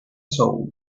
souls